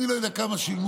אני לא יודע כמה שילמו.